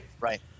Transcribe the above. Right